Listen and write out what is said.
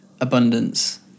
abundance